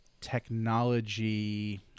technology